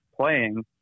playing